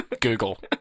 Google